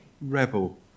rebel